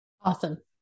Awesome